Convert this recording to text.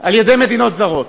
על-ידי מדינת זרות.